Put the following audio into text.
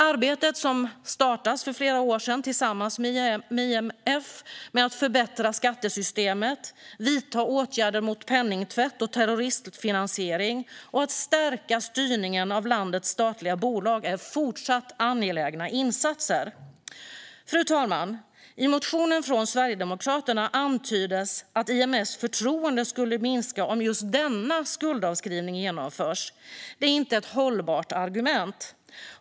Arbetet startades för flera år sedan tillsammans med IMF för att förbättra skattesystemet, vidta åtgärder mot penningtvätt och terroristfinansiering och stärka styrningen av landets statliga bolag. Detta är fortsatt angelägna insatser. Fru talman! I motionen från Sverigedemokraterna antyds att IMF:s förtroende skulle minska om just denna skuldavskrivning genomförs. Det är inte ett hållbart argument.